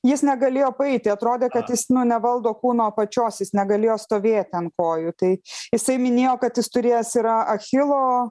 jis negalėjo paeiti atrodė kad jis nevaldo kūno apačios jis negalėjo stovėt ant kojų tai jisai minėjo kad jis turėjęs yra achilo